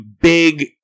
big